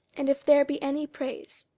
and if there be any praise,